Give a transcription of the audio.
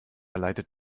leitet